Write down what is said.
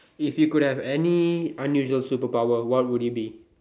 if you could have any unusual superpower what would it be